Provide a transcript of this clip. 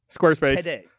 Squarespace